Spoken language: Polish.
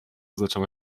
zaczęła